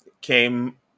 came